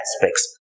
aspects